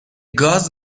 گاز